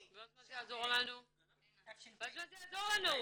אם לא להשאיר את זה במינהל הסטודנטים,